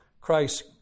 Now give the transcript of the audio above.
Christ